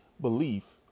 belief